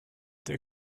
they